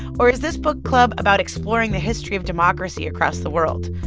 or is this book club about exploring the history of democracy across the world,